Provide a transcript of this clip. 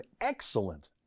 excellent